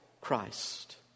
Christ